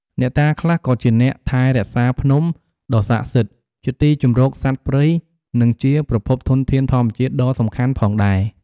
អ្នកតាខ្លះក៏ជាអ្នកថែរក្សាភ្នំ ដ៏ស័ក្ដិសិទ្ធិ ជាទីជម្រកសត្វព្រៃ និងជាប្រភពធនធានធម្មជាតិដ៏សំខាន់ផងដែរ។